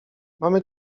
mamy